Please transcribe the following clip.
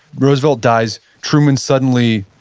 roosevelt dies. truman suddenly,